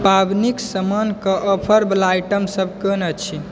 पाबनिक समानक ऑफरवला आइटमसब कोन अछि